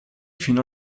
fino